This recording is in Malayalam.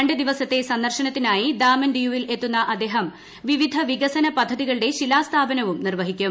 രണ്ട് ദിവസത്തെ സന്ദർശനത്തിനായി ദാമൻ ദിയുവിൽ എത്തുന്ന അദ്ദേഹം വിവിധ വികസന പദ്ധതികളുടെ ശിലാസ്ഥാപനം നിർവ്വഹിക്കും